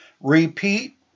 repeat